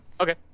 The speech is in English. Okay